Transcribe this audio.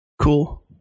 Cool